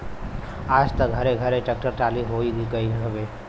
आज त घरे घरे ट्रेक्टर टाली होई गईल हउवे